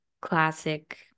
classic